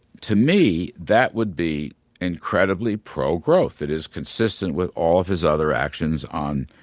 to me that would be incredibly pro growth. it is consistent with all of his other actions on